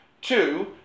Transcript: Two